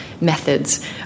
methods